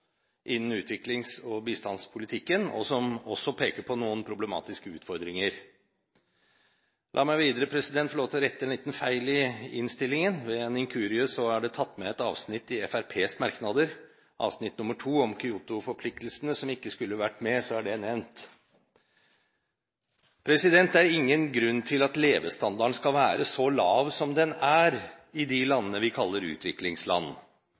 innen utviklings- og bistandspolitikken, og som også peker på noen problematiske utfordringer. La meg videre få lov til å rette en liten feil i innstillingen. Ved en inkurie er det tatt med et avsnitt i Fremskrittspartiets merknader, avsnitt nr. 2, om Kyoto-forpliktelsene, som ikke skulle vært med – så er det nevnt. Det er ingen grunn til at levestandarden skal være så lav som den er i de landene vi kaller